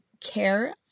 care